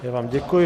Já vám děkuji.